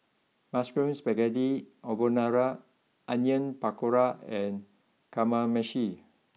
Mushroom Spaghetti Carbonara Onion Pakora and Kamameshi